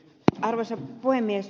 arvoisa puhemies